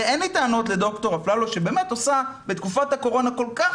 ואין לי טענות לד"ר אפללו שבאמת עושה בתקופת הקורונה כל כך